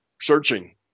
searching